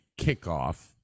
kickoff